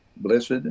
Blessed